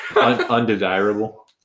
Undesirable